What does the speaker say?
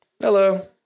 Hello